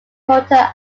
total